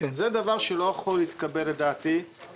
זה דבר שלא יכול להתקבל לדעתי.